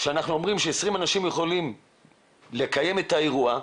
שאנחנו אומרים ש-20 אנשים יכולים לקיים את האירוע,